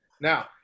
Now